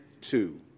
two